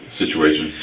situation